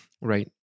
Right